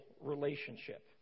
relationship